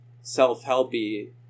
self-helpy